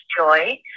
joy